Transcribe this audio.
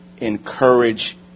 Encourage